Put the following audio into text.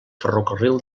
ferrocarril